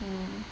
orh